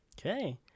Okay